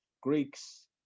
Greeks